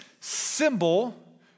symbol